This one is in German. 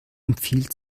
empfiehlt